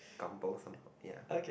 Kampung semba~